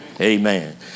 Amen